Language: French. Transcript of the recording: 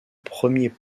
premier